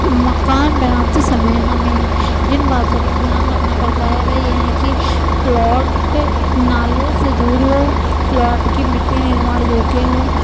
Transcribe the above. مکان بناتے سمے ہمیں جن باتوں کا دھیان رکھنا پڑتا ہے وہ یہ ہیں کہ پلاٹ نالے سے دور ہو پلاٹ کی مٹی نرمان یوگیہ ہو